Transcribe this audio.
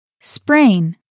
sprain